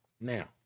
now